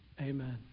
amen